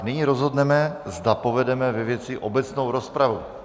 Nyní rozhodneme, zda povedeme ve věci obecnou rozpravu.